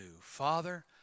Father